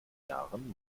jahren